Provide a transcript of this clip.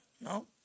no